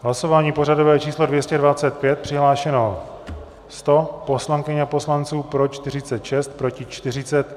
Hlasování pořadové číslo 225, přihlášeno 100 poslankyň a poslanců, pro 46, proti 40.